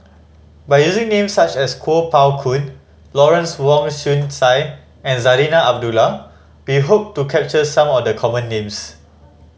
by using names such as Kuo Pao Kun Lawrence Wong Shyun Tsai and Zarinah Abdullah we hope to capture some of the common names